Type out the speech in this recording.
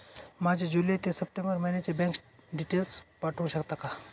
माझे जुलै ते सप्टेंबर महिन्याचे बँक डिटेल्स पाठवू शकता का?